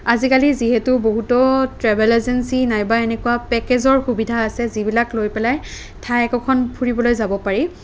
আজিকালি যিহেতু বহুতো ট্ৰেভেল এজেঞ্চি নাইবা এনেকুৱা পেকেজৰ সুবিধা আছে যিবিলাক লৈ পেলাই ঠাই একোখন ফুৰিবলৈ যাব পাৰি